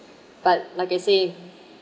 but like I say